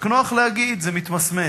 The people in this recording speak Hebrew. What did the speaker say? רק נוח להגיד: זה מתמסמס.